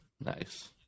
Nice